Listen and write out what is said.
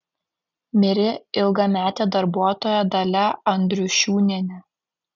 mirė ilgametė darbuotoja dalia andriušiūnienė